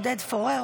עודד פורר,